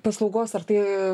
paslaugos ar tai